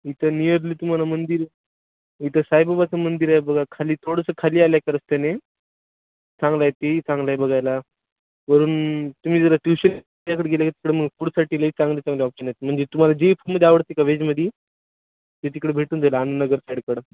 इथं नियरली तुम्हाला मंदिर इथं साईबाबाचं मंदिर आहे बघा खाली थोडंसं खाली आलं का रस्त्याने चांगला आहे तेही चांगलं आहे बघायला वरून तुम्ही जरा गेलं का तिकडं मग फुडसाठी लई चांगले चांगले ऑप्शन आहेत म्हणजे तुम्हाला जी फूड आवडते का वेजमध्ये ते तिकडं भेटून जाईल आनंदनगर साईडकडं